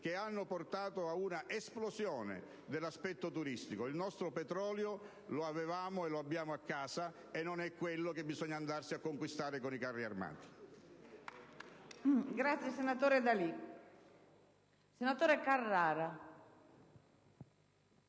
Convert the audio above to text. che hanno portato ad una esplosione dell'aspetto turistico. Il nostro petrolio lo avevamo e lo abbiamo a casa e non è quello che bisogna andare a conquistarsi con i carri armati.